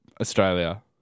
Australia